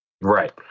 Right